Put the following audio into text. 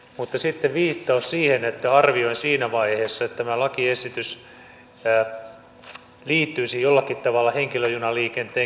mutta sitten oli viittaus siihen kun arvioin siinä vaiheessa että tämä lakiesitys liittyisi jollakin tavalla henkilöjunaliikenteen kilpailutukseen